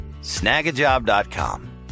Snagajob.com